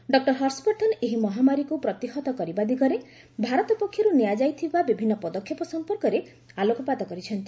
doctor Harshvardhan ଏହି ମହାମାରୀକୁ ପ୍ରତିହତ କରିବା ଦିଗରେ ଭାରତ ପକ୍ଷରୁ ନିଆଯାଇଥିବା ବିଭିନ୍ନ ପଦକ୍ଷେପ ସମ୍ପର୍କରେ ଆଲୋକପାତ କରିଛନ୍ତି